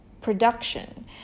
production